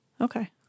Okay